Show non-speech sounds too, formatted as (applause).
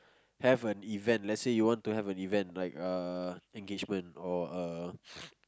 have an event let's say you want to have an event like a engagement or a (noise)